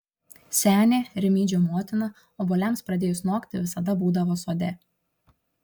senė rimydžio motina obuoliams pradėjus nokti visada būdavo sode